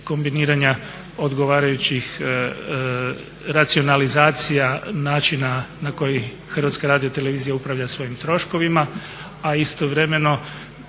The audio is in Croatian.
kombiniranja odgovarajućih racionalizacija, načina na koji HRT upravlja svojim troškovima, a istovremeno